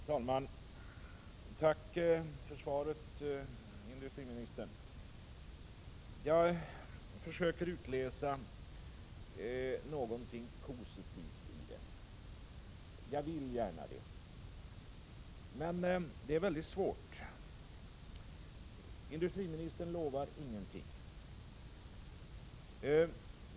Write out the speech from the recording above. Herr talman! Tack för svaret, industriministern. Jag försöker utläsa någonting positivt ur det, jag vill gärna det. Men det är väldigt svårt. Industriministern lovar ingenting.